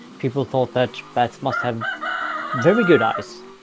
people thought that bats must have very good eyes,